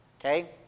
Okay